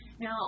Now